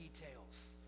details